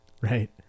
Right